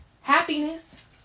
Happiness